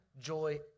joy